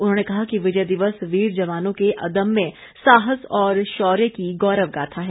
उन्होंने कहा कि विजय दिवस वीर जवानों के अदम्य साहस और शौर्य की गौरव गाथा है